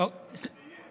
יהיה המשך, זה יהיה.